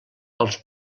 els